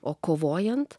o kovojant